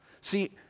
See